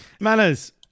Manners